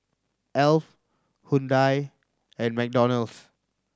Alf Hyundai and McDonald's